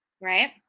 Right